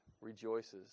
rejoices